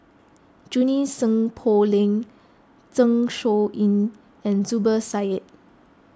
Junie Sng Poh Leng Zeng Shouyin and Zubir Said